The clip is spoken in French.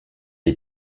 les